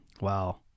Wow